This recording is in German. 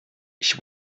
ich